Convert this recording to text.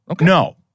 No